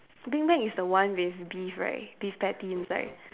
I think Mac is the one with beef right beef patty inside